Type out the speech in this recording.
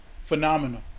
Phenomenal